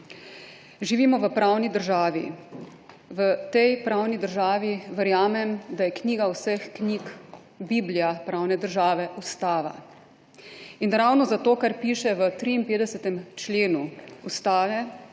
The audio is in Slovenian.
Živimo v pravni državi. V tej pravni državi, verjamem, da je knjiga vseh knjig, biblija pravne države, Ustava. In ravno zato, kar piše v 53. členu Ustave,